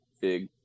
big